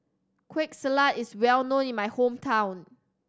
Kueh Salat is well known in my hometown